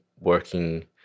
working